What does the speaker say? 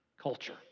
culture